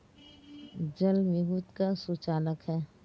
जल विद्युत का सुचालक है